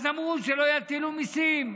אז אמרו שלא יטילו מיסים,